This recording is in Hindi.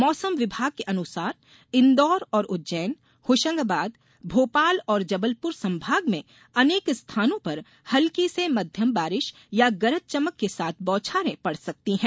मौसम विभाग के अनुसार इंदौर और उज्जैन होशंगाबाद भोपाल और जबलपुर संभाग में अनेक स्थानों पर हल्की से मध्यम बारिश या गरज चमक के साथ बौछारें पड़ सकती है